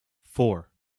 four